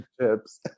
chips